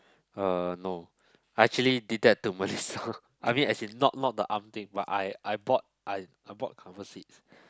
uh no I actually did that to myself I mean as in not not the arm thing but I I bought I I bought comfort seats